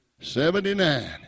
Seventy-nine